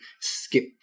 skip